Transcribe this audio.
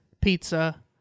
pizza